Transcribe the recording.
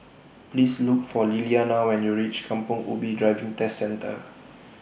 Please Look For Liliana when YOU REACH Kampong Ubi Driving Test Centre